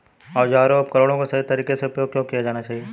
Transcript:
औजारों और उपकरणों का सही तरीके से उपयोग क्यों किया जाना चाहिए?